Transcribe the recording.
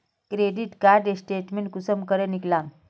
Credit card statement कुंसम करे निकलाम?